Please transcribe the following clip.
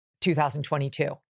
2022